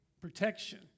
protection